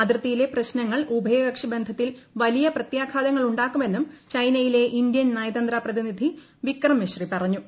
അതിർത്തിയിലെ പ്രശ്നങ്ങൾ ഉഭയകക്ഷി ബന്ധത്തിൽ വലിയ പ്രത്യാഘാതങ്ങളുണ്ടാക്കുമെന്നും ചൈനയിലെ ഇന്ത്യൻ നയതന്ത്ര പ്രതിനിധി വിക്രം മിശ്രി പറഞ്ഞു